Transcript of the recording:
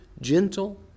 gentle